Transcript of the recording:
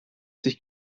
sich